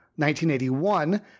1981